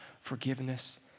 forgiveness